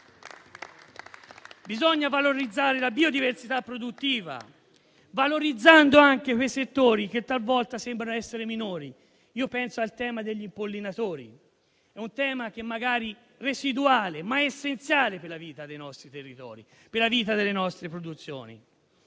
Bisogna valorizzare la biodiversità produttiva, valorizzando anche i settori che talvolta sembrano essere minori. Penso al tema degli impollinatori, magari residuale, ma essenziale per la vita dei nostri territori e delle nostre produzioni.